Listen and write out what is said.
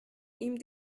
ihm